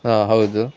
ಹಾಂ ಹೌದು